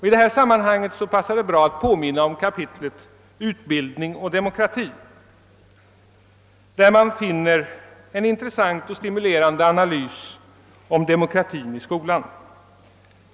I detta sammanhang passar det bra att påminna om kapitlet »Utbildning och demokrati», där man finner en intressant och stimulerande analys om demokratin i skolan.